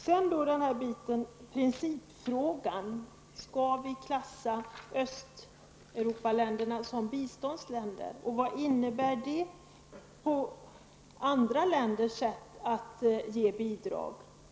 Vidare har vi principfrågan: Skall vi klassa Östeuropaländerna som biståndsländer, och vad innebär det för andra länders sätt att ge bidrag?